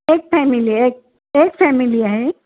एक फॅमिली एक एक फॅमिली आहे